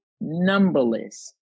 numberless